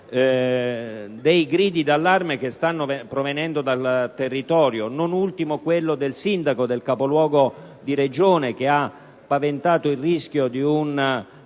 delle grida d'allarme che provengono dal territorio. Non ultima, quella del Sindaco del capoluogo di Regione, che ha paventato il rischio di un